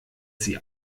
sie